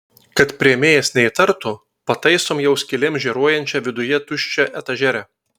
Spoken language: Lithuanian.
kad priėmėjas neįtartų pataisom jau skylėm žėruojančią viduje tuščią etažerę